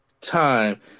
time